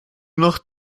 noch